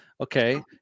okay